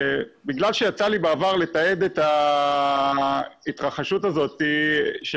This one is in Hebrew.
בגלל שיצא לי בעבר לתעד את ההתרחשות הזאת של